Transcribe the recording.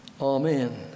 Amen